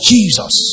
Jesus